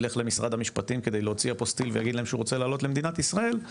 ילך למשרד המשפט ויוצא אפוסטיל ויגיד להם שהוא רוצה לעלות למדינת ישראל,